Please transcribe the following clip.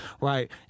Right